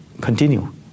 continue